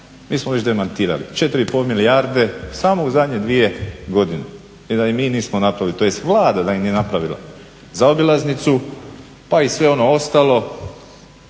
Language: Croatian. mi smo već demantirali. 4,5 milijarde samo u zadnje dvije godine i da ih mi nismo napali tj. Vlada da im je napravila zaobilaznicu pa i sve ono ostalo